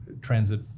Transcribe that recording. transit